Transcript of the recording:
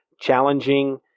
challenging